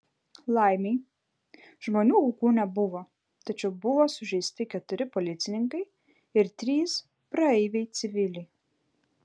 laimei žmonių aukų nebuvo tačiau buvo sužeisti keturi policininkai ir trys praeiviai civiliai